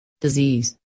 disease